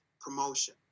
promotion